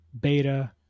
Beta